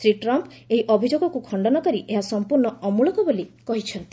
Shri Trump ଏହି ଅଭିଯୋଗକୁ ଖଣ୍ଡନ କରି ଏହା ସମ୍ପର୍ଶ୍ଣ ଅମଳକ ବୋଲି କହିଛନ୍ତି